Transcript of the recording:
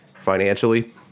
financially